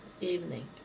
evening